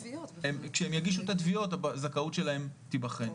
כשהם יגישו את התביעות הזכאות שלהם תיבחן.